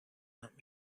that